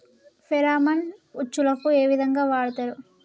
Pheromone ఉచ్చులకు ఏ విధంగా వాడుతరు?